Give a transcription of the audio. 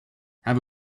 have